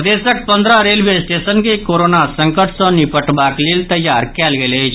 प्रदेशक पंद्रह railway station के कोरोना संकट सँ निपटबाक लेल तैयार कयल गेल अछि